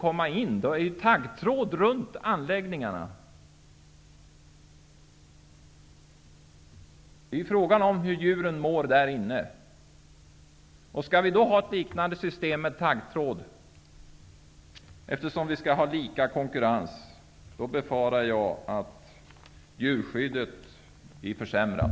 Där finns det ju taggtråd runt anläggningarna. Frågan är hur djuren mår där inne. Om vi skall ha ett liknande system med taggtråd här -- vi skall ju ha lika konkurrens -- befarar jag att djurskyddet blir försämrat.